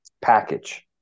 package